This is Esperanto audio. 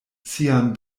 sian